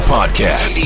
Podcast